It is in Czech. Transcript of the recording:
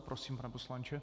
Prosím, pane poslanče.